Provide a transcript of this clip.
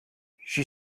she